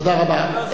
תודה רבה.